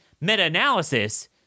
meta-analysis